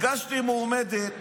הגשתי מועמדת,